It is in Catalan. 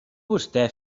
vostè